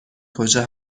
کجا